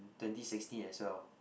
twenty sixteen as well